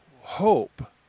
hope